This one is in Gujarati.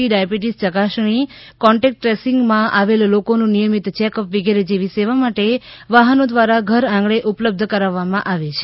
ડાયાબીટીસ ચકાસણી કોન્ટેક્ટ ટ્રેસિંગમાં આવેલ લોકોનું નિયમિત ચેકઅપ વિગેરે જેવી સેવા માટે વાહનો દ્વારા ઘર આંગણે ઉપલબ્ધ કરાવેલ છે